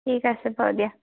ঠিক আছে বাৰু দিয়া